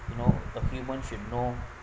you know the human should know